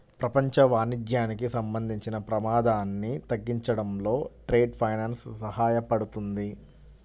ప్రపంచ వాణిజ్యానికి సంబంధించిన ప్రమాదాన్ని తగ్గించడంలో ట్రేడ్ ఫైనాన్స్ సహాయపడుతుంది